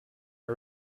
our